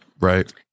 right